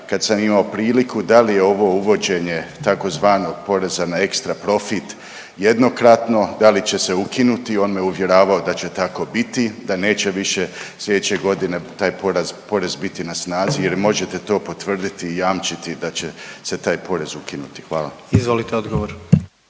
kad sam imao priliku da li je ovo uvođenje tzv. poreza na ekstra profit jednokratno, da li će se ukinuti, on me uvjeravao da će tako biti, da neće više sljedeće godine taj porez biti na snazi. Jel možete to potvrditi i jamčiti da će se taj porez ukinuti? Hvala. **Jandroković,